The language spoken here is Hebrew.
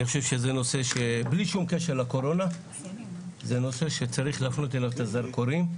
אני חושב שבלי שום קשר לקורונה זה נושא שצריך להפנות אליו את הזרקורים,